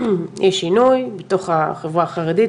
יש שינוי בתוך החברה החרדית,